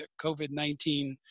COVID-19